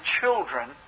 children